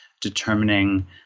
determining